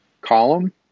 column